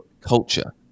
culture